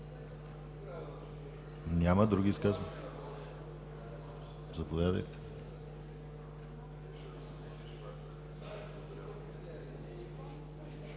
Няма. Други изказвания? Заповядайте.